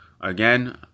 again